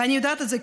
ואני יודעת את זה,